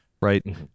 right